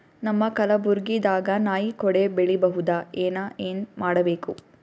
ನಮ್ಮ ಕಲಬುರ್ಗಿ ದಾಗ ನಾಯಿ ಕೊಡೆ ಬೆಳಿ ಬಹುದಾ, ಏನ ಏನ್ ಮಾಡಬೇಕು?